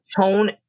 tone